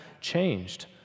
changed